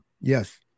Yes